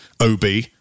OB